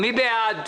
מי נגד?